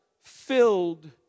filled